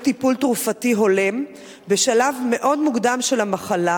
טיפול תרופתי הולם בשלב מאוד מוקדם של המחלה,